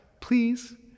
please